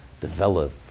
develop